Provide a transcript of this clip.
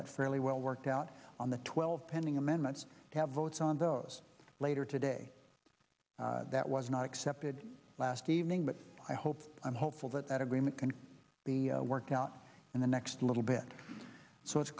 that fairly well worked out on the twelve pending amendments to have votes on those later today that was not accepted last evening but i hope i'm hopeful that that agreement can be worked out in the next little bit so it's